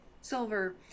silver